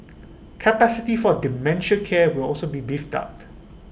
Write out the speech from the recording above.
capacity for dementia care will also be beefed out